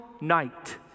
night